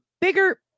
bigger